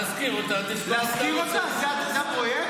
תשכיר אותה --- בשביל זה הפרויקט?